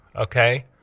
Okay